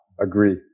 Agree